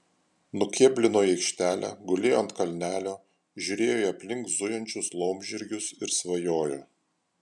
nukėblino į aikštelę gulėjo ant kalnelio žiūrėjo į aplink zujančius laumžirgius ir svajojo